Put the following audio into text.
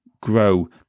grow